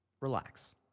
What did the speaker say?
Relax